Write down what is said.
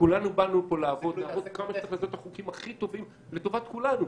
כולנו באנו לפה לעבוד לעשות את החוקים הכי טובים לטובת כולנו.